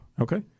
Okay